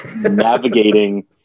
navigating